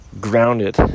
grounded